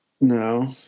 No